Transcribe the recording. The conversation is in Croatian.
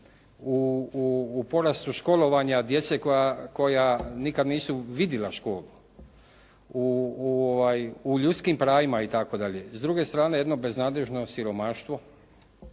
u porastu školovanja djece koja nikad nisu vidjela školu, u ljudskim pravima itd. s druge strane jedno beznadnežno siromaštvo